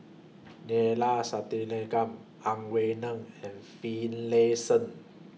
Neila Sathyalingam Ang Wei Neng and Finlayson